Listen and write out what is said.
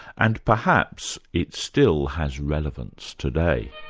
and perhaps it still has relevance today.